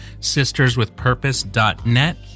sisterswithpurpose.net